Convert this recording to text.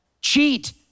Cheat